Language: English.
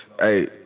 hey